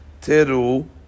teru